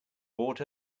brought